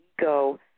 ego